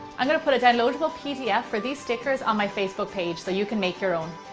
i'm going to put a downloadable pdf for these stickers on my facebook page so you can make your own.